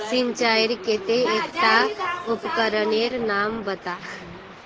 सिंचाईर केते एकटा उपकरनेर नाम बता?